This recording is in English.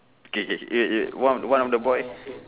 K K K ya ya one one of the boy